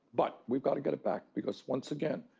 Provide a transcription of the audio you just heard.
but we've gotta get it back because once again,